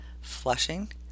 flushing